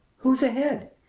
who's ahead?